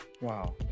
Wow